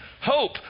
hope